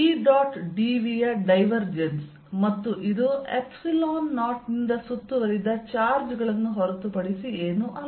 dV ಯ divergence ಮತ್ತು ಇದು 0 ನಿಂದ ಸುತ್ತುವರಿದ ಚಾರ್ಜ್ ಗಳನ್ನು ಹೊರತುಪಡಿಸಿ ಏನೂ ಅಲ್ಲ